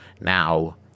Now